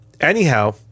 anyhow